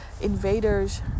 invaders